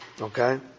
okay